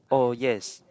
oh yes